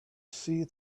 see